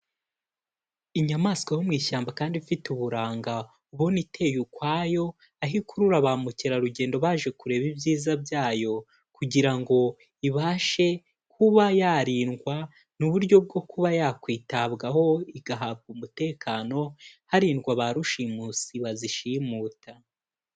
Inyamaswa yo mu ishyamba kandi ifite uburanga ubona iteye ukwayo aho ikurura ba mukerarugendo baje kureba ibyiza byayo kugira ngo ibashe kuba yarindwa, ni uburyo bwo kuba yakwitabwaho igahabwa umutekano, harindwa ba rushimusi bazishimuta.